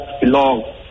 belong